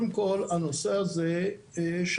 אני שבור ומרוסק, לא ישן